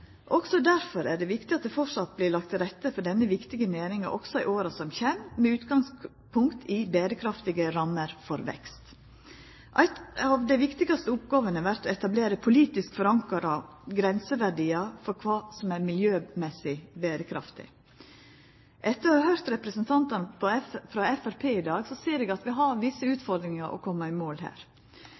er det viktig at det framleis vert lagt til rette for denne viktige næringa også i åra som kjem, med utgangspunkt i berekraftige rammer for vekst. Ein av dei viktigaste oppgåvene vert å etablera politisk forankra grenseverdiar for kva som er miljømessig berekraftig. Etter å ha høyrt representantane frå Framstegspartiet i dag ser eg at vi har visse utfordringar med å koma i mål her.